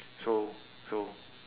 so so